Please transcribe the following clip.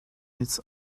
its